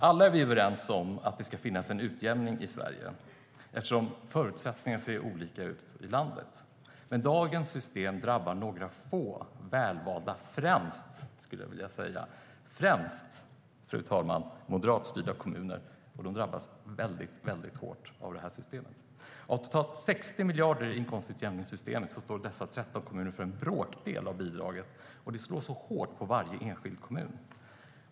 Alla är vi överens om att det ska finnas en utjämning i Sverige eftersom förutsättningarna ser olika ut i landet, men dagens system drabbar några få, väl valda kommuner. Främst drabbar det, fru talman, moderatstyrda kommuner. De drabbas mycket hårt av systemet. Av totalt 60 miljarder i inkomstutjämningssystemet står dessa 13 kommuner för en bråkdel av bidraget, och systemet slår därför mycket hårt mot varje enskild kommun.